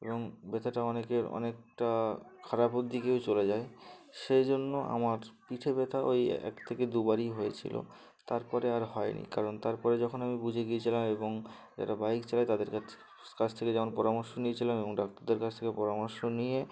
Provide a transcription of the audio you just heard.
এবং ব্যাথাটা অনেকের অনেকটা খারাপের দিকেও চলে যায় সেই জন্য আমার পিঠে ব্যথা ওই এক থেকে দুবারই হয়েছিল তার পরে আর হয়নি কারণ তার পরে যখন আমি বুঝে গিয়েছিলাম এবং যারা বাইক চালায় তাদের কাছ কাছ থেকে যেমন পরামর্শ নিয়েছিলাম এবং ডাক্তারদের কাছ থেকে পরামর্শ নিয়ে